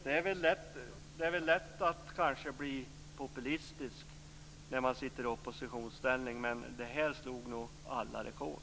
Det är lätt att vara populistisk när man befinner sig i oppositionsställning, men det här slog nog alla rekord.